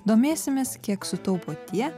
domėsimės kiek sutaupo tie